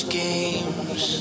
games